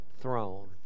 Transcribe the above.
throne